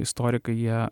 istorikai jie